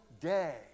day